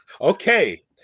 okay